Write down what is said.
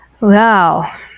Wow